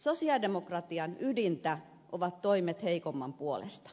sosialidemokratian ydintä ovat toimet heikomman puolesta